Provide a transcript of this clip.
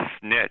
snitch